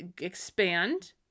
expand